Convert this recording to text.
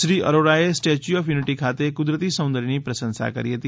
શ્રી અરોરાએ Statue of Unity ખાતે કુદરતી સૌંદર્યની પ્રશંસા કરી હતી